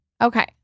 Okay